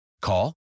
Call